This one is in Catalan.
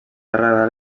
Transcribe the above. terra